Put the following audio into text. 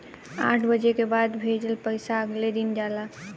आठ बजे के बाद भेजल पइसा अगले दिन जाला